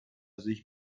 sich